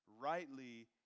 rightly